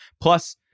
plus